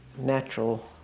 natural